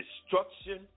destruction